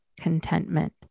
contentment